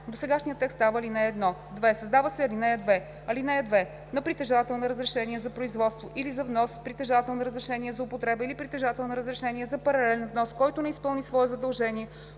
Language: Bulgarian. Досегашният текст става ал. 1. 2. Създава се ал. 2: „(2) На притежател на разрешение за производство или за внос, притежател на разрешение за употреба или притежател на разрешение за паралелен внос, който не изпълни свое задължение